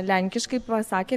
lenkiškai pasakė